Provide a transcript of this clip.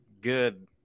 good